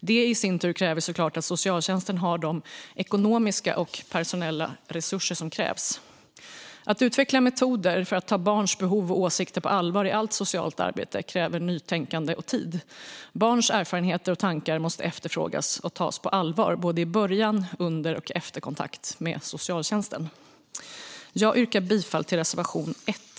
Detta i sin tur kräver såklart att socialtjänsten har de ekonomiska och personella resurser som krävs. Att utveckla metoder för att ta barns behov och åsikter på allvar i allt socialt arbete kräver nytänkande och tid. Barns erfarenheter och tankar måste efterfrågas och tas på allvar såväl i början som under och efter kontakt med socialtjänsten. Jag yrkar bifall till reservation 1.